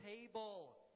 table